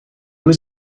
was